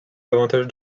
davantage